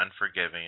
unforgiving